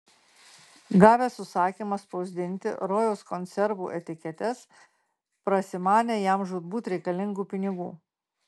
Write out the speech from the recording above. gavęs užsakymą spausdinti rojaus konservų etiketes prasimanė jam žūtbūt reikalingų pinigų